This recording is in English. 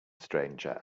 stranger